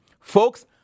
Folks